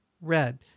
red